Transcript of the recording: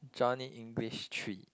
Johnny English three